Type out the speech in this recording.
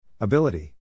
Ability